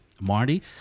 Marty